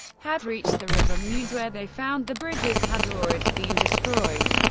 had reached the river meuse, where they found the bridges had already been destroyed.